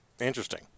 Interesting